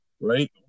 Right